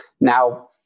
Now